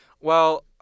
Well-